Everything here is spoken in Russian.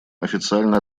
официально